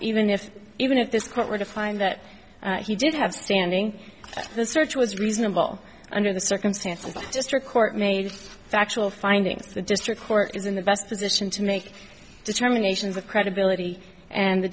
even if even if this court were to find that he did have standing the search was reasonable under the circumstances of district court made factual findings the district court is in the best position to make determinations of credibility and the